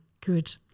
Good